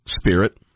spirit